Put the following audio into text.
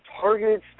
targeted